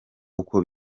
uko